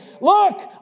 Look